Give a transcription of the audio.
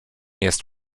jest